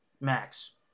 max